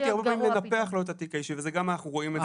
לבוא והוא מנפח לו את התיק האישי ואת זה גם אנחנו רואים.